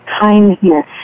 Kindness